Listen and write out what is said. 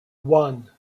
one